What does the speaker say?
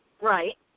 Right